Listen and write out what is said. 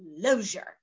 closure